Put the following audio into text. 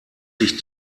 sich